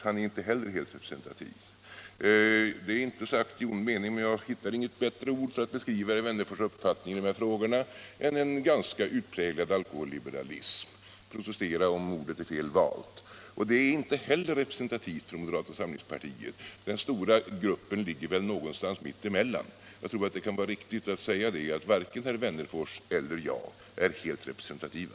Han är inte heller representativ. Det är inte sagt i ond mening, men jag hittar inget bättre uttryck för att beskriva herr Wennerfors uppfattning i de här frågorna än en ganska utpräglad alkoholliberalism — protestera om ordet är fel valt. Och det är inte heller representativt för moderata samlingspartiet. Den stora grup pen ligger väl någonstans mitt emellan. Jag tror att det kan vara riktigt att säga det, att varken herr Wennerfors eller jag är helt representativa.